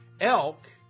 Elk